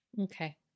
Okay